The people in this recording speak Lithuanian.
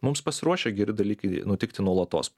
mums pasiruošę geri dalykai nutikti nuolatos